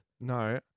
No